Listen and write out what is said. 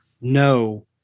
No